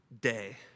day